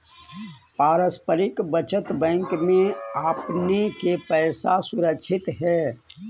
पारस्परिक बचत बैंक में आपने के पैसा सुरक्षित हेअ